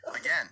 again